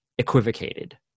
Equivocated